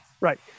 Right